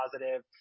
positive